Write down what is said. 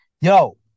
Yo